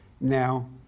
now